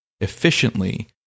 efficiently